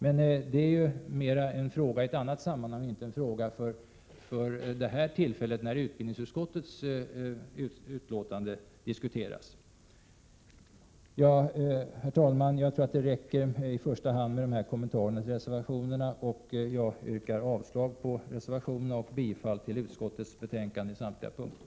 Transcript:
Men det är och inte vid det här tillfället, när utbildningsutskottets betänkande diskuteras. Herr talman! Jag tror att det räcker med de här kommentarerna till reservationerna. Jag yrkar avslag på reservationerna och bifall till utskottets hemställan på samtliga punkter.